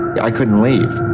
i couldn't leave,